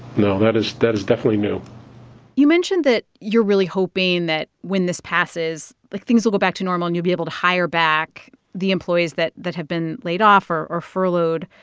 no, that is that is definitely new you mentioned that you're really hoping that when this passes, like, things will go back to normal, and you'll be able to hire back the employees that that have been laid off or or furloughed.